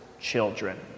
children